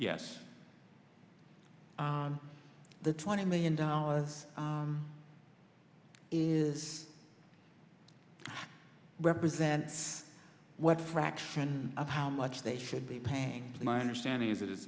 yes the twenty million dollars is represent what fraction of how much they should be paying my understanding is that it's